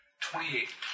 Twenty-eight